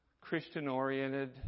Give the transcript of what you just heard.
Christian-oriented